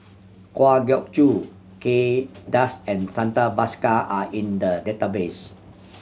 Kwa Geok Choo Kay Das and Santha Bhaskar are in the database